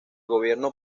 gobierno